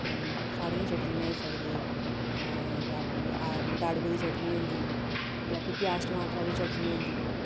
सारियां चटनियां बनाई सकदे आं जां फ्ही दाड़ुएं दी चटनी होंदी जां फ्ही प्याज टमाटरा दी चटनी होंदी